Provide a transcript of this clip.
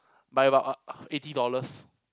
by about a eighty dollars